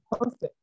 perfect